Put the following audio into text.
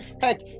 heck